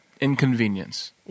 inconvenience